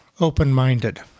open-minded